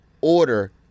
order